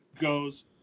goes